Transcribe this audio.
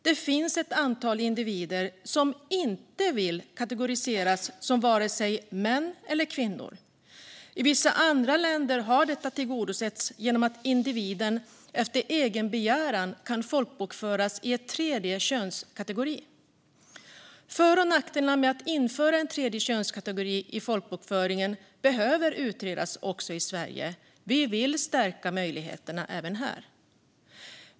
Det finns ett antal individer som inte vill kategoriseras som vare sig män eller kvinnor. I vissa andra länder har detta tillgodosetts genom att individen efter egen begäran kan folkbokföras i en tredje könskategori. För och nackdelar med att införa en tredje könskategori i folkbokföringen behöver utredas också i Sverige. Vi vill stärka möjligheterna även här.